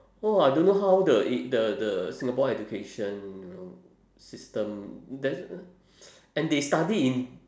!wah! I don't know how the in the the singapore education you know system then and they study in